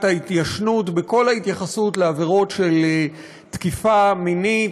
ההתיישנות בכל ההתייחסות לעבירות של תקיפה מינית,